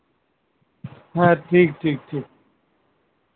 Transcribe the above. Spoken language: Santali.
ᱦᱮᱸ ᱴᱷᱤᱠ ᱴᱷᱤᱠ